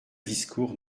discours